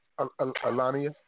Alania